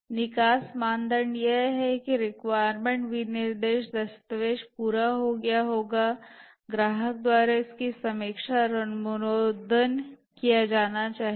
निकास मानदंड यह है कि रिक्वायरमेंट विनिर्देश दस्तावेज पूरा हो गया होगा ग्राहक द्वारा इसकी समीक्षा और अनुमोदन किया जाना चाहिए